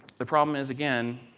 the problem is again,